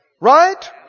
Right